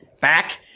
back